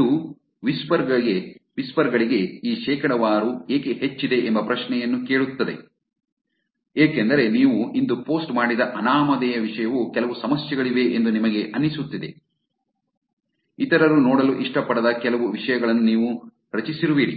ಮತ್ತು ಇದು ವಿಸ್ಪರ್ ಗೆ ಈ ಶೇಕಡಾವಾರು ಏಕೆ ಹೆಚ್ಚಿದೆ ಎಂಬ ಪ್ರಶ್ನೆಯನ್ನು ಕೇಳುತ್ತದೆ ಏಕೆಂದರೆ ನೀವು ಇಂದು ಪೋಸ್ಟ್ ಮಾಡಿದ ಅನಾಮಧೇಯ ವಿಷಯವು ಕೆಲವು ಸಮಸ್ಯೆಗಳಿವೆ ಎಂದು ನಿಮಗೆ ಅನಿಸುತ್ತದೆ ಇತರರು ನೋಡಲು ಇಷ್ಟಪಡದ ಕೆಲವು ವಿಷಯಗಳನ್ನು ನೀವು ರಚಿಸಿರುವಿರಿ